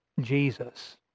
Jesus